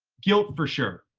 guilt, for sure.